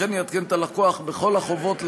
וכן יעדכן את הלקוח בכל החובות,